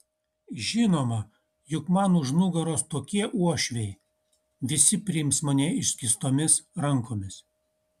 žinoma juk man už nugaros tokie uošviai visi priims mane išskėstomis rankomis